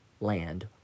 land